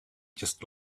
just